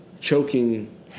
choking